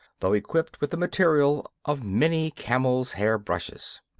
though equipped with the material of many camel's-hair brushes.